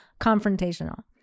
confrontational